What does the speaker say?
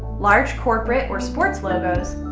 large corporate or sports logos,